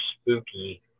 spooky